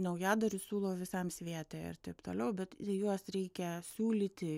naujadarus siūlo visam sviete ir taip toliau bet juos reikia siūlyti